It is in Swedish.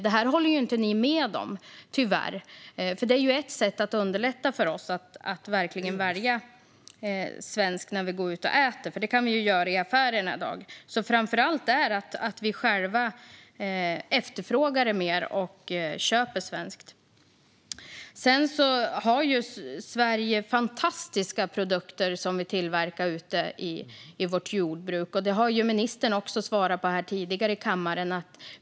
Detta håller ni tyvärr inte med om. Det vore annars ett sätt för alla att kunna välja svenskt när vi går ut och äter. Det kan vi ju göra i affärerna i dag. Framför allt handlar det om att vi själva efterfrågar och köper mer svenskt. Sverige har fantastiska produkter som tillverkas ute i vårt jordbruk. Även ministern har tidigare talat om detta i kammaren.